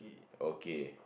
okay